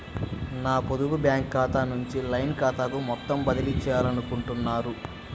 నా పొదుపు బ్యాంకు ఖాతా నుంచి లైన్ ఖాతాకు మొత్తం బదిలీ చేయాలనుకుంటున్నారా?